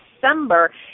December